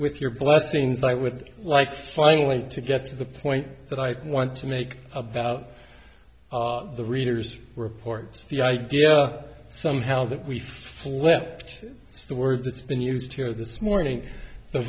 with your blessings i would like finally to get to the point that i want to make about the readers reports the idea somehow that we flipped the word that's been used here this morning the